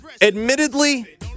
Admittedly